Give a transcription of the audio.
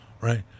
right